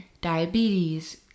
diabetes